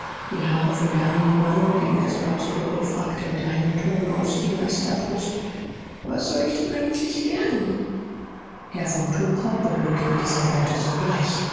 die haare von der einen wange gegen das ohr zurück und fragte mit einem ton aus innerster brust was soll ich denn eigentlich werden herrn von tucher beruhigten diese worte sogleich